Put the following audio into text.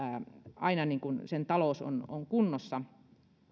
aina talous kunnossa